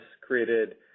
created –